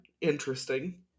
interesting